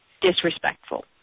disrespectful